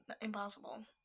impossible